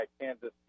Kansas